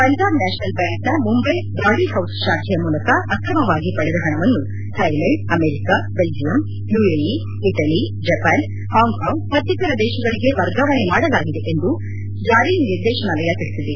Punjab National ಬ್ಯಾಂಕ್ನ Mumbai Brady House ಶಾಖೆಯ ಮೂಲಕ ಅಕ್ರಮವಾಗಿ ಪಡೆದ ಹಣವನ್ನು Thailand America Belgium UAE Italy Japan Hong Kong ಮತ್ತಿತರ ದೇಶಗಳಿಗೆ ವರ್ಗಾವಣೆ ಮಾಡಲಾಗಿದೆ ಎಂದು ಜಾರಿ ನಿರ್ದೇಶನಾಲಯ ತಿಳಿಸಿದೆ